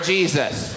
Jesus